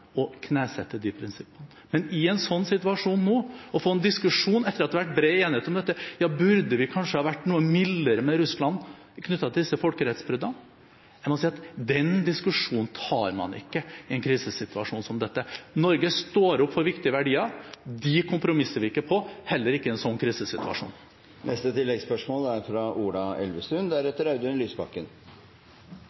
og knesetter de prinsippene. Men i en slik situasjon nå å få en diskusjon, etter at det har vært bred enighet om dette – burde vi kanskje ha vært noe mildere overfor Russland knyttet til disse folkerettsbruddene – jeg må si at den diskusjonen tar man ikke i en krisesituasjon som dette. Norge står opp for viktige verdier. Dem kompromisser vi ikke på, heller ikke i en slik krisesituasjon.